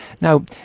Now